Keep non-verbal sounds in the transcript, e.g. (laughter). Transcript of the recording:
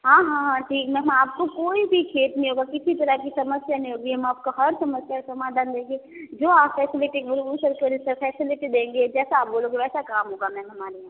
हाँ हाँ ठीक मैम आपको कोई भी खेद नहीं होगा किसी प्रकार की समस्या नहीं होगी हम आपका हर समस्या का समाधान देंगे जो आप फैसिलिटी बोलोगे (unintelligible) वो फैसिलिटी देंगे जैसा आप बोलोगे वैसा काम होगा मेम हमारे यहाँ